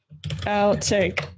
Outtake